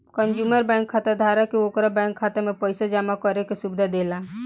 consumer bank खाताधारक के ओकरा बैंक खाता में पइसा जामा करे के सुविधा देला